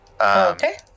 Okay